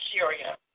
Syria